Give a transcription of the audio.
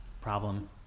problem